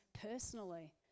personally